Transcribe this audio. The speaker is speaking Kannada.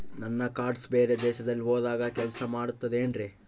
ನನ್ನ ಕಾರ್ಡ್ಸ್ ಬೇರೆ ದೇಶದಲ್ಲಿ ಹೋದಾಗ ಕೆಲಸ ಮಾಡುತ್ತದೆ ಏನ್ರಿ?